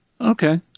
Okay